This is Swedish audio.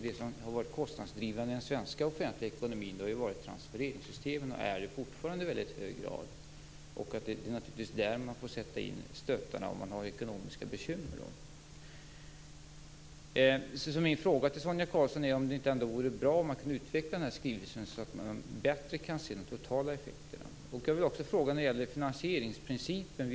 Det som har varit kostnadsdrivande i den svenska offentliga ekonomin har ju varit, och är fortfarande i väldigt hög grad, transfereringssystemen. Det är naturligtvis där man får sätta in stötarna om man har ekonomiska bekymmer. Min fråga till Sonia Karlsson är om det inte ändå vore bra om man kunde utveckla den här skrivelsen så att man bättre kan se de totala effekterna. Jag vill också fråga om finansieringsprincipen.